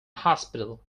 hospital